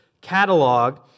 catalog